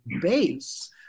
base